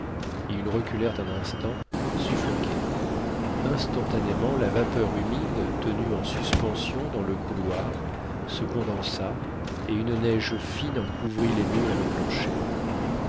ils reculèrent un instant suffoqués instantanément la vapeur humide tenue en suspension dans le couloir se condensa et une neige fine en couvrit les murs et le plancher